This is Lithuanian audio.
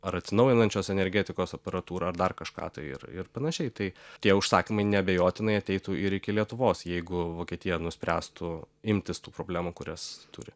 ar atsinaujinančios energetikos aparatūrą ar dar kažką tai ir ir panašiai tai tie užsakymai neabejotinai ateitų ir iki lietuvos jeigu vokietija nuspręstų imtis tų problemų kurias turi